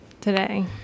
today